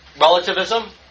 relativism